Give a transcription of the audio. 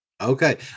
Okay